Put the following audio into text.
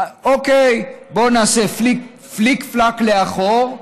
אוקיי, בואו נעשה פליק-פלאק לאחור,